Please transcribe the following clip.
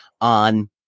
on